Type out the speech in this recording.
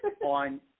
on